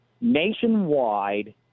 nationwide